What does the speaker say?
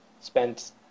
spent